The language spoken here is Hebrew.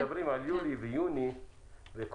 כשמדברים על יולי ויוני וקורונה,